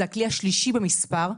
זה הכלי השלישי במספר,